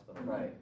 Right